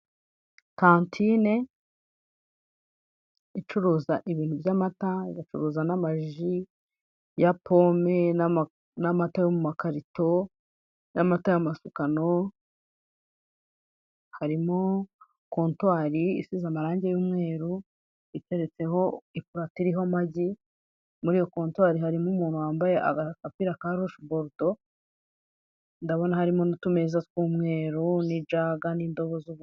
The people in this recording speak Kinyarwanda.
Katine icuruza ibintu by'amata igacuruza n'amaji ya pome n'amata yo mu makarito n'amata y'amasukano harimo kotwari isize amarange y'umweru, iteretseho iparato iriho amagi, muri iyo kotwari harimo umuntu wambaye agapira ka roshiborudo, ndabona harimo n'utumeza tw'umweru n'ijaga n'indobo zo gu.